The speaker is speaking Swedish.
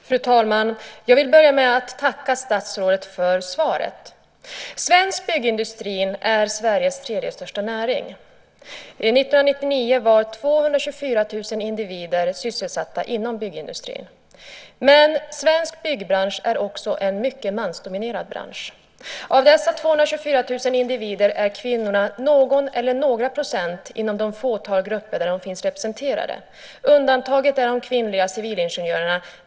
Fru talman! Jag vill börja med att tacka statsrådet för svaret. Svensk byggindustri är Sveriges tredje största näring. År 1999 var 224 000 individer sysselsatta inom byggindustrin. Men svensk byggbransch är också en mycket mansdominerad bransch. Av dessa 224 000 individer utgör kvinnorna någon eller några procent inom de fåtal grupper där de finns representerade. Undantaget är de kvinnliga civilingenjörerna.